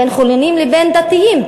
בין חילונים לבין דתיים,